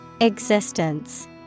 Existence